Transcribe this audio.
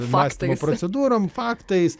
mąstymo procedūrom faktais